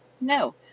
no